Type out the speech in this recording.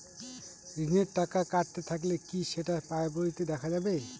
ঋণের টাকা কাটতে থাকলে কি সেটা পাসবইতে দেখা যাবে?